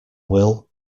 will